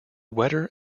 wetter